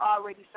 already